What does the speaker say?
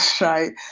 right